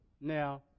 Now